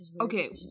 Okay